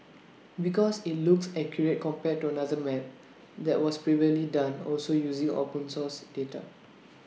because IT looks accurate compared to another map that was previously done also using open source data